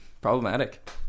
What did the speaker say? Problematic